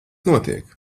notiek